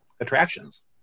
attractions